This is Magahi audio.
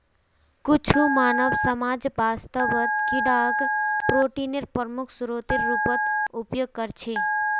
कुछु मानव समाज वास्तवत कीडाक प्रोटीनेर प्रमुख स्रोतेर रूपत उपयोग करछे